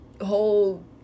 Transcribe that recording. whole